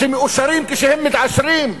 מאושרים כשהם מתעשרים,